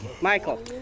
Michael